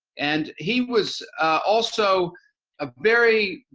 and he was also a very